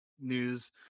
news